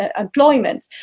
employment